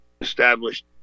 established